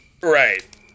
Right